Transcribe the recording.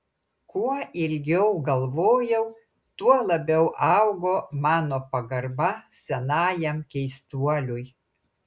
kuo ilgiau galvojau tuo labiau augo mano pagarba senajam keistuoliui